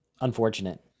unfortunate